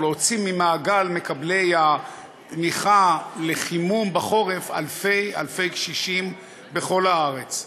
או להוציא ממעגל מקבלי התמיכה לחימום בחורף אלפי-אלפי קשישים בכל הארץ?